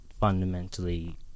fundamentally